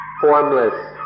formless